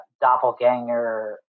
doppelganger